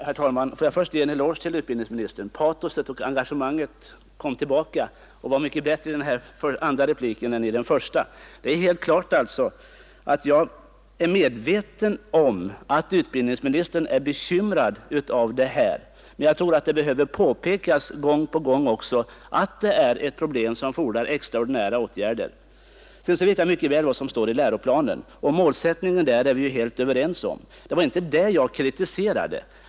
Herr talman! Får jag först ge en eloge till utbildningsministern. Hans patos och engagemang kom tillbaka och var mycket bättre i det andra anförandet än i det första. Det står helt klart att jag är medveten om att utbildningsministern är bekymrad över mobbningsfenomenen men jag tror att det gång på gång behöver påpekas att detta problem fordrar extraordinära åtgärder. Jag vet mycket väl vad som står i läroplanen. Målsättningen i denna är vi helt överens om. Det var inte den saken jag kritiserade.